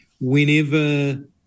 whenever –